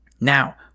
now